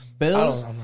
Bills